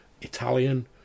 Italian